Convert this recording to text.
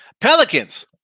Pelicans